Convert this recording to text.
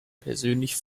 persönlich